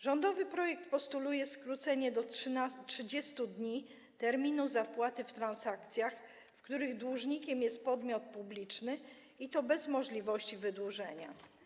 Rządowy projekt postuluje skrócenie do 30 dni terminu zapłaty w transakcjach, w których dłużnikiem jest podmiot publiczny, i to bez możliwości wydłużenia.